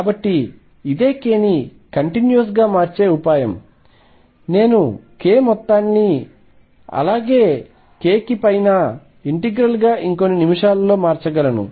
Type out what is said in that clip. కాబట్టి ఇదే k ని కంటిన్యూస్ గా మార్చే ఉపాయం నేను k మొత్తాన్ని ని అలాగే k కి పైన ఇంటిగ్రల్గా ఇంకొన్ని నిముషాలలో మార్చగలను